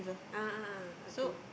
a'ah ah okay